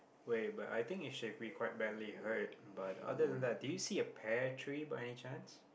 wait but I think he should be quite badly hurt but other than that do you see a pear tree by any chance